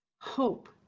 hope